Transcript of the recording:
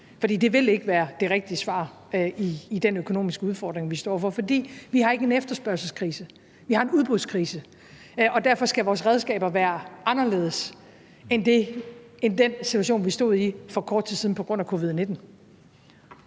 for det vil ikke være det rigtige svar på den økonomiske udfordring, vi står over for, for vi har ikke en efterspørgselskrise, vi har en udbudskrise. Derfor skal vores redskaber være anderledes end dem, vi brugte i den situation, vi stod i for kort tid siden på grund af covid-19.